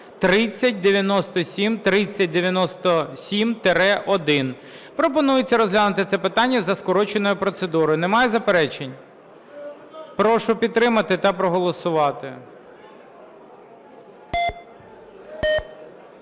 Пропонується розглянути це питання за скороченою процедурою. Немає заперечень? Прошу підтримати та проголосувати.